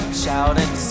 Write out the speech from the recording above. shouting